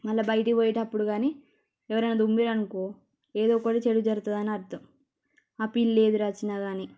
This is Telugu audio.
మల్ల బయటికి పోయేటప్పుడు గానీ ఎవరైనా తుమ్మిర్రనుకో ఏదో ఒకటి చెడు జరుగుతుందని అర్థం ఆ పిల్లి ఎదురొచ్చినా గానీ